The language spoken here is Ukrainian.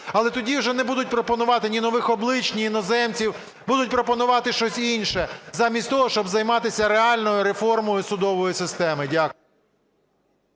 Але тоді вже не будуть пропонувати ні нових облич, ні іноземців, будуть пропонувати щось інше, замість того щоб займатися реальною реформою судової системи. Дякую.